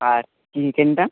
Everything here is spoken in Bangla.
আর চিকেনটা